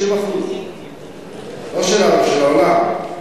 30%. לא שלנו, של העולם.